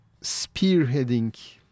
spearheading